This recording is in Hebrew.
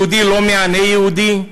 יהודי לא מענה יהודי,